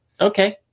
okay